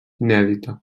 inèdita